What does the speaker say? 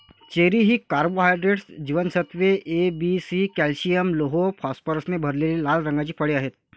cherry ही carbohydrates, जीवनसत्त्वे A, B, C, calcium, लोह, फॉस्फरसने भरलेली लाल रंगाची फळे आहेत